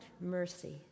mercy